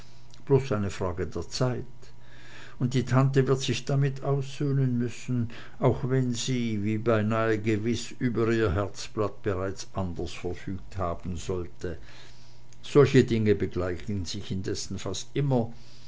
bloß eine frage der zeit und die tante wird sich damit aussöhnen müssen auch wenn sie wie beinah gewiß über ihr herzblatt bereits anders verfügt haben sollte solche dinge begleichen sich indessen fast immer